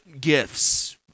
gifts